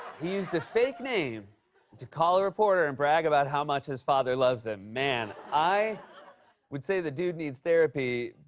he used a fake name to call a reporter and brag about how much his father loves him. man, i would say the dude needs to therapy,